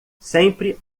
sempre